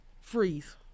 freeze